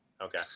Okay